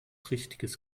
richtiges